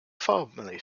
family